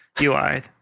UI